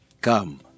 Come